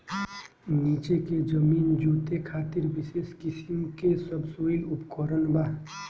नीचे के जमीन जोते खातिर विशेष किसिम के सबसॉइल उपकरण बा